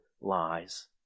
lies